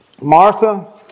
Martha